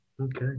okay